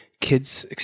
kid's